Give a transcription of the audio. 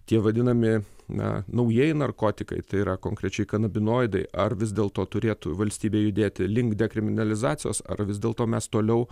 tie vadinami na naujieji narkotikai tai yra konkrečiai kanabinoidai ar vis dėlto turėtų valstybėj judėti link dekriminalizacijos ar vis dėlto mes toliau